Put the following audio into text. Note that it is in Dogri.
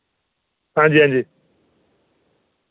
हांजी हांजी